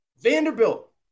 Vanderbilt